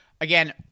Again